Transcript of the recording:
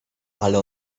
ale